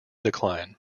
decline